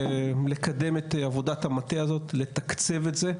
לקדם את עבודת המטה הזאת, לתקצב את זה,